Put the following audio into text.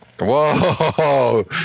Whoa